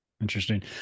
Interesting